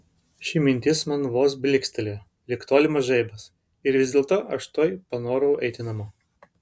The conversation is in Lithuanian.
ši mintis man vos blykstelėjo lyg tolimas žaibas ir vis dėlto aš tuoj panorau eiti namo